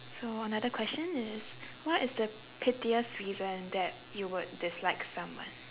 so another question is what is the pettiest reason that you would dislike someone